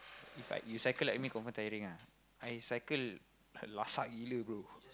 if like you cycle like me confirm tiring ah I cycle lasak gila bro